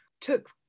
took